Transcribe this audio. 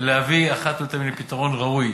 להביא אחת ולתמיד לפתרון ראוי